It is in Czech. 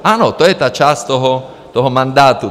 Ano, to je ta část toho mandátu.